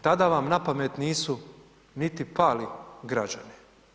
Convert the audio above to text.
Tada vam na pamet nisu niti pali građani.